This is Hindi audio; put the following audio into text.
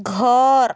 घर